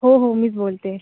हो हो मीच बोलते आहे